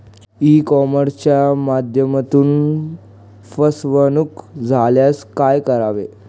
E कॉमर्सच्या माध्यमातून फसवणूक झाल्यास काय करावे?